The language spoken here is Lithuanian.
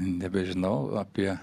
nebežinau apie